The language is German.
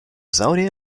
saudi